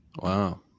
Wow